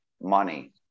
money